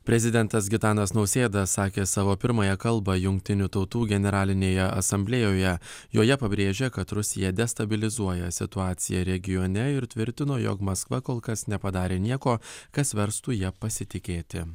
prezidentas gitanas nausėda sakė savo pirmąją kalbą jungtinių tautų generalinėje asamblėjoje joje pabrėžė kad rusija destabilizuoja situaciją regione ir tvirtino jog maskva kol kas nepadarė nieko kas verstų ja pasitikėti